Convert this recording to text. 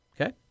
okay